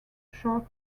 short